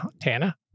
Tana